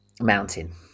Mountain